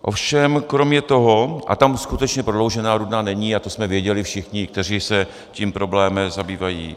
Ovšem kromě toho a tam skutečně Prodloužená Rudná není a to jsme věděli všichni, kteří se tím problémem zabývají.